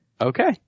Okay